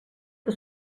que